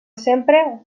sempre